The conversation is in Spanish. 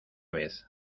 vez